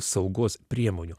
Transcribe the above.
saugos priemonių